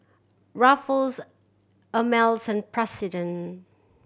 Ruffles Ameltz and President